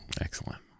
Excellent